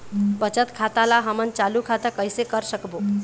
बचत खाता ला हमन चालू खाता कइसे कर सकबो?